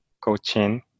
Coaching